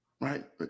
Right